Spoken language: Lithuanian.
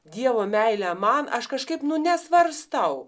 dievo meilę man aš kažkaip nu nesvarstau